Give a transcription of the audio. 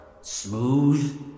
smooth